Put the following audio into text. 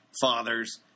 fathers